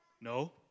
no